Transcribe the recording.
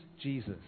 Jesus